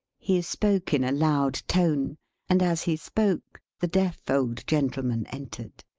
he spoke in a loud tone and as he spoke, the deaf old gentleman entered.